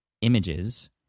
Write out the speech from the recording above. images